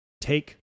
take